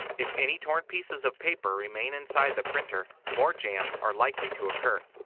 if any torn pieces of paper remain inside the printer, more jams are likely to occur.